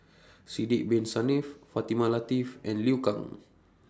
Sidek Bin Saniff Fatimah Lateef and Liu Kang